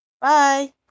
Bye